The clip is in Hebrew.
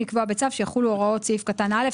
לקבוע בצו שיחולו הוראות סעיף קטן (א).